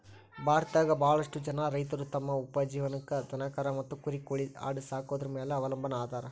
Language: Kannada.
ಭಾರತದಾಗ ಬಾಳಷ್ಟು ಜನ ರೈತರು ತಮ್ಮ ಉಪಜೇವನಕ್ಕ ದನಕರಾ ಮತ್ತ ಕುರಿ ಕೋಳಿ ಆಡ ಸಾಕೊದ್ರ ಮ್ಯಾಲೆ ಅವಲಂಬನಾ ಅದಾರ